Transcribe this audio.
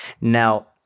Now